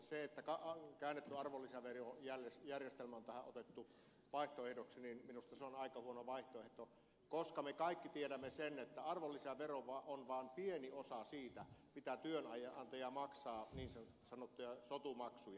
se että käännetty arvonlisäverojärjestelmä on tähän otettu vaihtoehdoksi on minusta aika huono vaihtoehto koska me kaikki tiedämme sen että arvonlisävero on vaan pieni osa siitä mitä työnantaja maksaa niin sanottuja sotumaksuja